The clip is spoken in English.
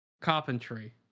Carpentry